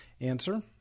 answer